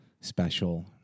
special